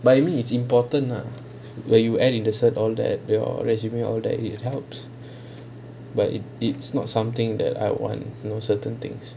but I mean it's important lah where you in the certificate all that your resume or that it helps but it it's not something that I want you know certain things